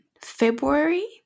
February